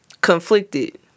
conflicted